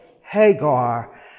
Hagar